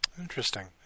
Interesting